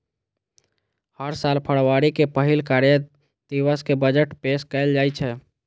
हर साल फरवरी के पहिल कार्य दिवस कें बजट पेश कैल जाइ छै